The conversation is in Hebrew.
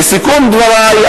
לסיכום דברי,